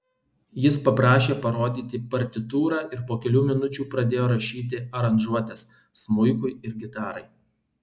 jis paprašė parodyti partitūrą ir po kelių minučių pradėjo rašyti aranžuotes smuikui ir gitarai